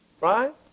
Right